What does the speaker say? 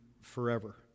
forever